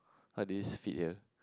how did this fit here